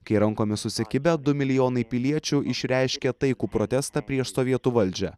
kai rankomis susikibę du milijonai piliečių išreiškė taikų protestą prieš sovietų valdžią